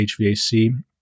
HVAC